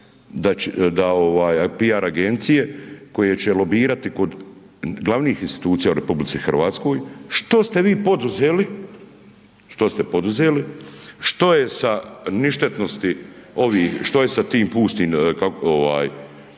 PR agencije, koje će lobirati kod glavnih institucija u Republici Hrvatskoj, što ste vi poduzeli, što ste poduzeli, što je sa ništetnosti